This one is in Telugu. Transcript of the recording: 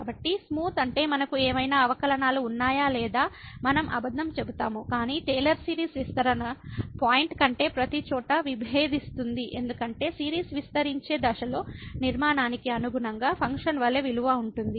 కాబట్టి స్మూత్ అంటే మనకు ఏమైనా అవకలనాలు ఉన్నాయా లేదా మనం అబద్ధం చెబుతాము కాని టేలర్ సిరీస్ విస్తరణ పాయింట్ కంటే ప్రతిచోటా విభేదిస్తుంది ఎందుకంటే సిరీస్ విస్తరించే దశలో నిర్మాణానికి అనుగుణంగా ఫంక్షన్ వలె విలువ ఉంటుంది